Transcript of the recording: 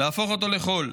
להפוך אותו לחול.